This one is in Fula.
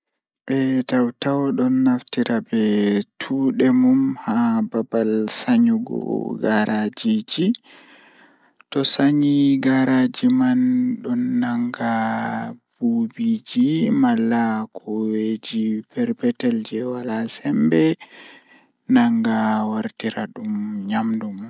Wuluki nange be wakkati nange don laata caappan e nay e jweenay nden jemma bo don laata cappan e jweetati e didi feere e tati feere e nay.